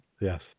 Yes